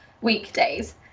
weekdays